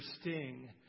sting